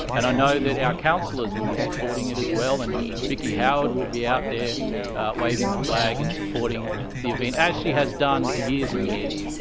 and i know that our councillors will be supporting it as well, and vicki howard will be out there waving the flag in supporting the event, as she has done for years and years,